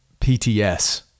PTS